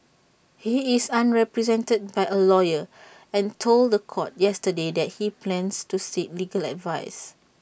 he is unrepresented by A lawyer and told The Court yesterday that he plans to seek legal advice